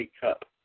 Cup